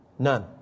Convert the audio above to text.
None